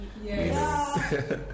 Yes